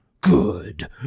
Good